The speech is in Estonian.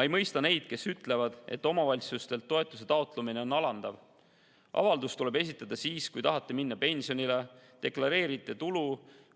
ei mõista neid, kes ütlevad, et omavalitsustelt toetuse taotlemine on alandav. Avaldus tuleb esitada siis, kui tahate minna pensionile, deklareerite tulu